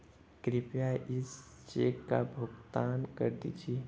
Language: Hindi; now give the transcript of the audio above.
कृपया इस चेक का भुगतान कर दीजिए